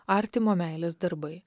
artimo meilės darbai